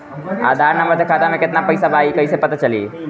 आधार number से खाता में केतना पईसा बा ई क्ईसे पता चलि?